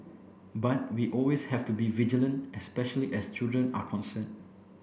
but we always have to be vigilant especially as children are concerned